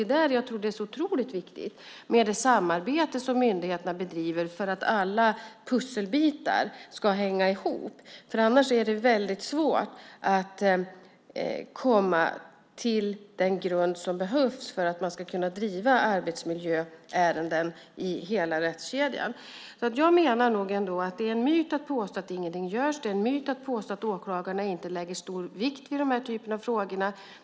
Där tror jag att det är otroligt viktigt med det samarbete som myndigheterna bedriver för att alla pusselbitar ska hänga ihop. Annars är det väldigt svårt att komma till den grund som behövs för att man ska kunna driva arbetsmiljöärenden genom hela rättskedjan. Jag menar nog att det är en myt att påstå att ingenting görs och att det är en myt att påstå att åklagarna inte lägger stor vikt vid den här typen av frågor.